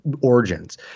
origins